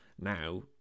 now